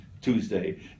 Tuesday